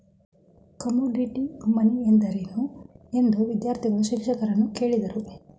Commodity money ಎಂದರೇನು? ಎಂದು ವಿದ್ಯಾರ್ಥಿಗಳು ಶಿಕ್ಷಕರನ್ನು ಕೇಳಿದರು